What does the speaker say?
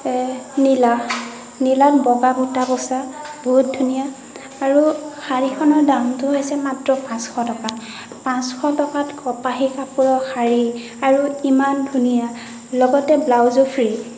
নীলা নীলাত বগা বুটা বছা বহুত ধুনীয়া আৰু শাড়ীখনৰ দামটো হৈছে মাত্ৰ পাঁচশ টকা পাঁচশ টকাত কপাহী কাপোৰৰ শাড়ী আৰু ইমান ধুনীয়া লগতে ব্লাউজো ফ্ৰী